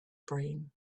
brain